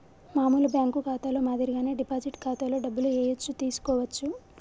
మామూలు బ్యేంకు ఖాతాలో మాదిరిగానే డిపాజిట్ ఖాతాలో డబ్బులు ఏయచ్చు తీసుకోవచ్చు